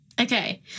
Okay